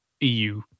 EU